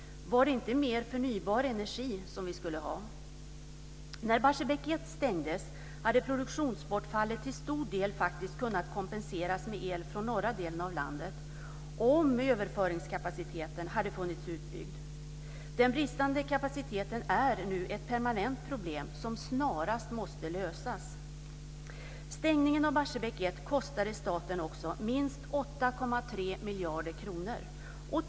Var det inte mer förnybar energi vi skulle ha? När Barsebäck 1 stängdes hade produktionsbortfallet faktiskt till stor del kunnat kompenseras med el från norra delen av landet, om överföringskapaciteten hade funnits utbyggd. Den bristande kapaciteten är nu ett permanent problem som snarast måste lösas. Stängningen av Barsebäck 1 kostade också staten minst 8,3 miljarder kronor.